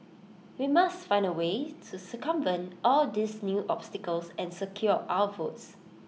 we must find A way to circumvent all these new obstacles and secure our votes